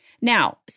Now